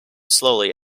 slowly